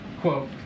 quote